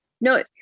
No